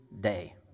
day